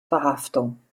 verhaftung